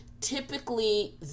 typically